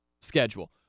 schedule